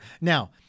now